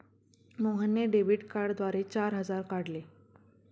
मोहनने डेबिट कार्डद्वारे चार हजार काढले